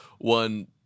one